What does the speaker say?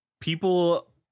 people